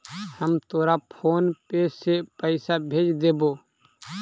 हम तोरा PhonePe से पईसा भेज देबो